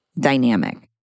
dynamic